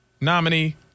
nominee